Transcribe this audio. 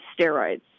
steroids